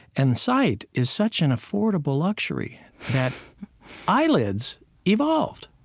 and sight is such an affordable luxury that eyelids evolved.